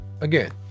again